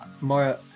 more